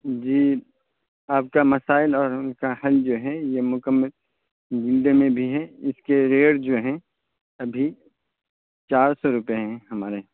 جی آپ کا مسائل اور ان کا حل جو ہے یہ مکمل جلدوں میں بھی ہیں اس کے ریٹ جو ہیں ابھی چار سو روپئے ہیں ہمارے